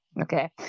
Okay